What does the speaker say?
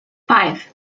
five